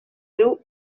riu